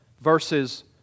verses